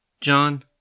John